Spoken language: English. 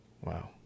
Wow